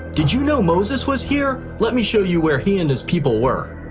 did you know moses was here? let me show you where he and his people were.